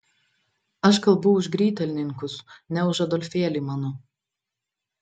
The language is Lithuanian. aš kalbu už grytelninkus ne už adolfėlį mano